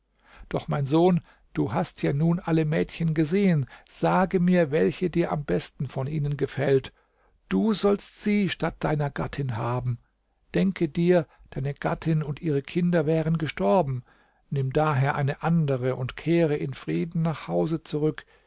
doch mein sohn du hast ja nun alle mädchen gesehen sage mir welche dir am besten von ihnen gefällt du sollst sie statt deiner gattin haben denke dir deine gattin und ihre kinder wären gestorben nimm daher eine andere und kehre in frieden nach hause zurück